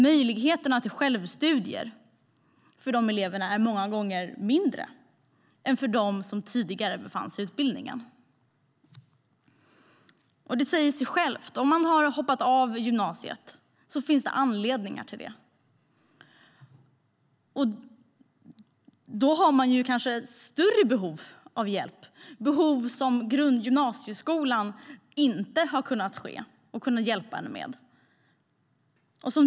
Möjligheterna till självstudier för dessa elever är många gånger mindre än för dem som tidigare befann sig i utbildningen. Det säger sig självt att om man har hoppat av gymnasiet finns det anledningar till det. Då har man kanske större behov av hjälp, behov som inte har kunnat tillgodoses i gymnasieskolan.